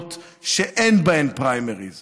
חזן עם קריאה אחת,